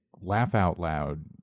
laugh-out-loud